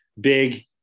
Big